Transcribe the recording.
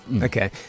Okay